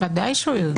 ודאי שהוא יודע.